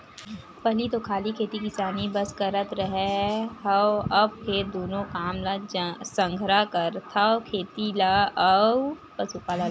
पहिली तो खाली खेती किसानी बस करत रेहे हँव, अब फेर दूनो काम ल संघरा करथव खेती ल अउ पसुपालन ल